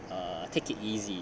err take it easy